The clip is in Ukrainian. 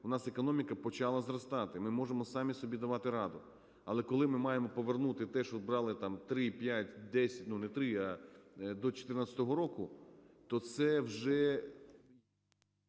в нас економіка почала зростати, ми можемо самі собі давати раду. Але коли ми маємо повернути те, що брали там 3, 5, 10, ну, не 3, а до 2014 року, то це вже